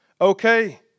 okay